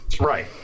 Right